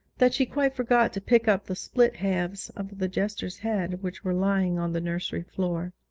that she quite forgot to pick up the split halves of the jester's head which were lying on the nursery floor.